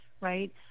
right